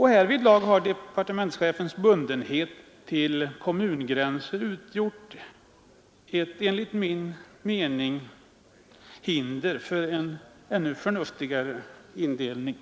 Härvidlag har departementschefens bundenhet till kommungränser enligt min mening utgjort ett hinder för en ännu förnuftigare indelning.